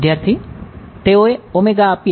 વિદ્યાર્થી તેઓએ આપ્યા